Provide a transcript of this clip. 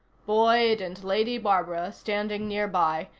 boyd and lady barbara, standing nearby,